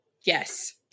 Yes